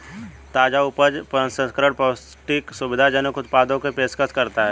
ताजा उपज प्रसंस्करण पौष्टिक, सुविधाजनक उत्पादों की पेशकश करता है